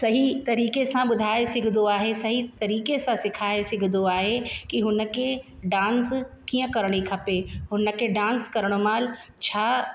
सही तरीक़े सां ॿुधाए सघंदो आहे सही तरीक़े सां सिखाए सघंदो आहे कि हुनखे डांस कीअं करिणी खपे हुन खे डांस करण महिल छा